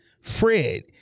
Fred